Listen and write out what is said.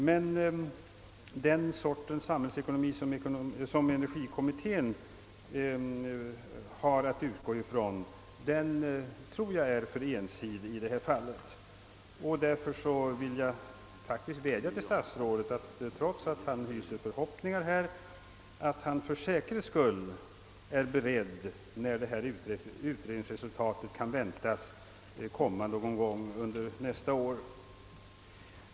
Men den sorts samhällsekonomi som energikommittén har att ta hänsyn till tror jag är för ensidig i detta fall, och därför vill jag vädja till statsrådet att han, trots de förhoppningar han hyser, för säkerhets skull står beredd, när utredningsresultatet redovisas någon gång under nästa år.